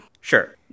Sure